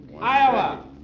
Iowa